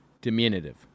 diminutive